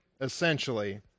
essentially